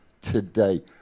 today